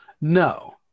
No